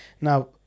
now